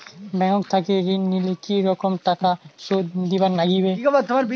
Bank থাকি ঋণ নিলে কি রকম টাকা সুদ দিবার নাগিবে?